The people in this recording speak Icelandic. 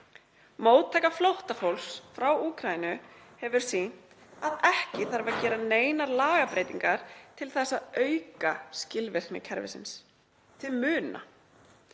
Móttaka flóttafólks frá Úkraínu hefur sýnt að ekki þarf að gera neinar lagabreytingar til að auka skilvirkni kerfisins til muna.